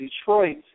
Detroit